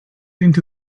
into